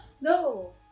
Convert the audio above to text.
No